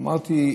אמרתי: